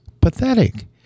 pathetic